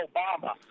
Obama